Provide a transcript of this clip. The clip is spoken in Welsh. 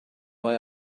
mae